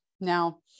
Now